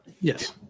Yes